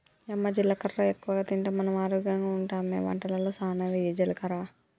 యమ్మ జీలకర్ర ఎక్కువగా తింటే మనం ఆరోగ్యంగా ఉంటామె వంటలలో సానా వెయ్యి జీలకర్ర